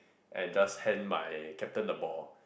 and just hand my captain the ball